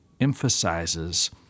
emphasizes